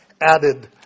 added